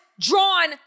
drawn